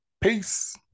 Peace